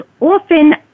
often